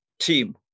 team